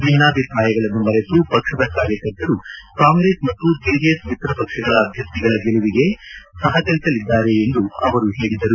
ಭಿನ್ನಾಭಿಪ್ರಾಯಗಳನ್ನು ಮರೆತು ಪಕ್ಷದ ಕಾರ್ಯಕರ್ತರು ಕಾಂಗ್ರೆಸ್ ಮತ್ತು ಜೆಡಿಎಸ್ ಮಿತ್ರ ಪಕ್ಷಗಳ ಅಭ್ಯರ್ಥಿಗಳ ಗೆಲುವಿಗೆ ಸಹಕರಿಸಲಿದ್ದಾರೆ ಎಂದು ಅವರು ಹೇಳಿದರು